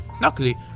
Luckily